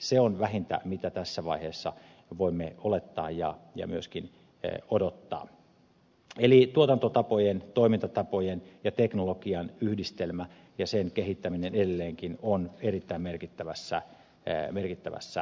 se on vähintä mitä tässä vaiheessa voimme olettaa ja myöskin odottaa eli tuotantotapojen toimintatapojen ja teknologian yhdistelmä ja sen kehittäminen edelleenkin on erittäin merkittävässä asemassa